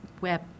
web